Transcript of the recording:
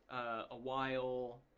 a while,